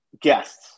guests